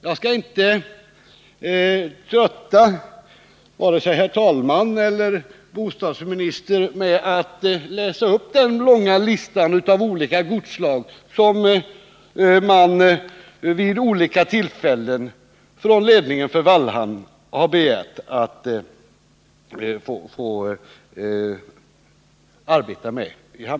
Jag skall inte trötta vare sig talmannen eller bostadsministern med att läsa upp den långa lista av alla godsslag som ledningen för Vallhamn vid olika tillfällen har begärt att få arbeta med i hamnen.